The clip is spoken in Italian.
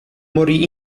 morì